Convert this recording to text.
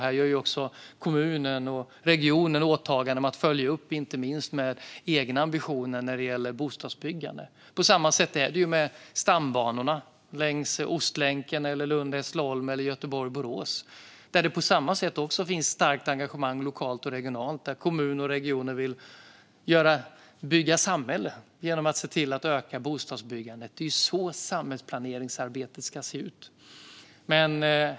Här gör också kommunen och regionen åtaganden om att följa upp med egna ambitioner när det gäller bostadsbyggande. På samma sätt är det med stambanorna längs Ostlänken och mellan Lund och Hässleholm eller Göteborg och Borås. Där finns också ett starkt lokalt och regionalt engagemang. Där vill kommuner och regioner bygga ut samhället genom att öka bostadsbyggandet. Det är så samhällsplaneringsarbete ska se ut.